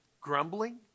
grumbling